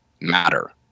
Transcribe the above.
matter